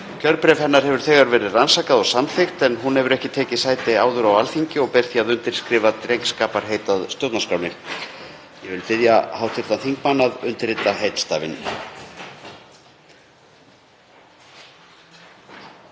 Kjörbréf hennar hefur þegar verið rannsakað og samþykkt en hún hefur ekki tekið sæti áður á Alþingi og ber því að undirskrifa drengskaparheit að stjórnarskránni. Ég vil biðja hv. þingmann að undirrita heitstafinn.